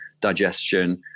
digestion